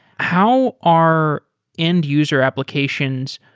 how are end user applications?